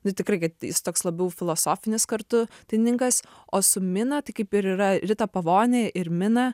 nu tikrai kad jis toks labiau filosofinis kartu dailininkas o su mina tai kaip ir yra rita pavoni ir mina